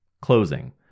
Closing